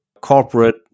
corporate